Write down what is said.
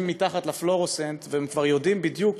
מתחת לפלורוסנט והם כבר יודעים בדיוק